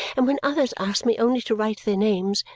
and when others asked me only to write their names,